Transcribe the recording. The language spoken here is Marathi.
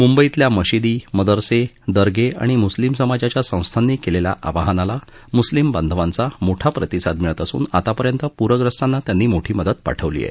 मुंबईतल्या मशिदी मदरसे दर्गे आणि मुस्लिम समाजाच्या संस्थांनी केलेल्या आवाहनाला मुस्लिम बांधवांचा मोठा प्रतिसाद मिळत असून आतापर्यंत पूरग्रस्तांना त्यांनी मोठी मदत पाठवली आहे